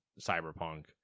Cyberpunk